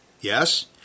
Yes